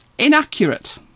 inaccurate